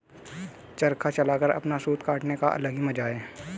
चरखा चलाकर अपना सूत काटने का अलग ही मजा है